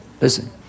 Listen